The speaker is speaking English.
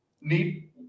need –